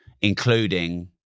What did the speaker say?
including